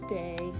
day